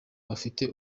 bafite